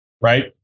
right